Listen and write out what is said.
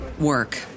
work